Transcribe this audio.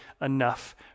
enough